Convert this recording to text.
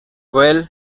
well